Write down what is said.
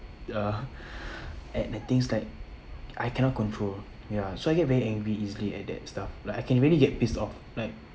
uh at the things like I cannot control ya so I get very angry easily at that stuff like I can really get pissed off like